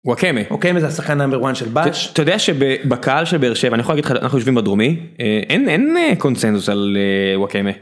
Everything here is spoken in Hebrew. וואקמה אוקיי זה השחקן נאמבר 1 של ב"ש אתה יודע שבקהל של באר שבע אני יכול להגיד לך אנחנו יושבים בדרומי אין אין קונצנזוס על וואקמה.